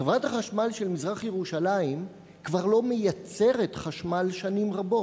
חברת החשמל של מזרח-ירושלים כבר לא מייצרת חשמל שנים רבות.